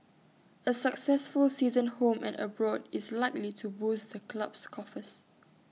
A successful season home and abroad is likely to boost the club's coffers